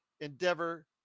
Endeavor